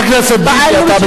רע"ם,